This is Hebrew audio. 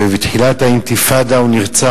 ובתחילת האינתיפאדה הוא נרצח,